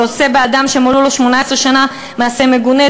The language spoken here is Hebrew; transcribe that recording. שעושה באדם שמלאו לו 18 שנה מעשה מגונה,